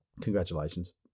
Congratulations